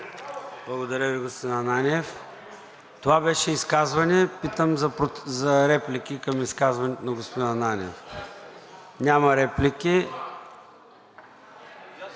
Благодаря Ви, господин Ананиев. Това беше изказване. Питам за реплики към изказването на господин Ананиев. Няма.